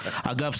אגב,